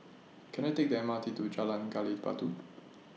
Can I Take The M R T to Jalan Gali Batu